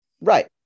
Right